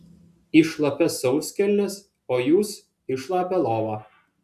į šlapias sauskelnes o jūs į šlapią lovą